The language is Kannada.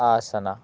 ಹಾಸನ